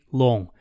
long